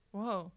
Whoa